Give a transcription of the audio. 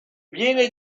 viene